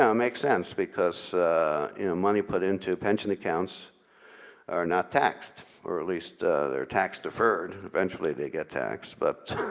um makes sense because money put into pension accounts are not taxed or at least they're tax deferred. eventually they get taxed, but